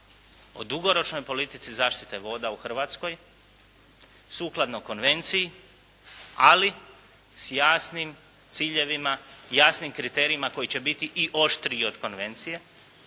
o dugoročnoj politici zaštite voda u Hrvatskoj sukladno konvenciji ali s jasnim ciljevima, jasnim kriterijima koji će biti i oštriji od konvencije.